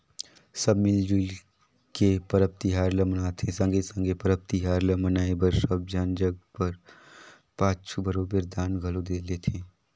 सब मिल जुइल के परब तिहार ल मनाथें संघे संघे परब तिहार ल मनाए बर सब झन जग घर पाछू बरोबेर दान घलो लेथें